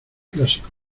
clásico